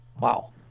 Wow